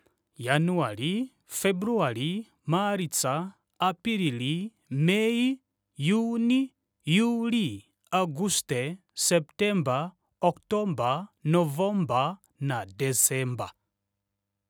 January february march apilili may juni juli auguste september october november december